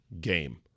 game